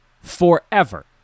Forever